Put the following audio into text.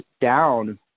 down